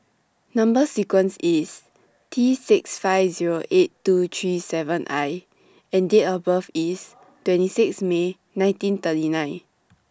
Number sequence IS T six five Zero eight two three seven I and Date of birth IS twenty six May nineteen thirty nine